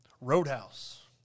Roadhouse